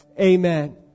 amen